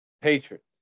Patriots